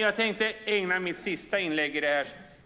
Jag tänkte ägna mitt sista inlägg i